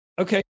Okay